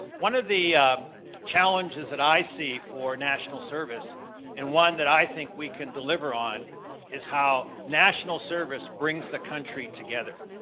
one of the challenges that i see for national service and one that i think we can deliver on is how national service brings the country together.